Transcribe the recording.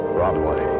Broadway